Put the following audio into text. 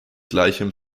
gleichem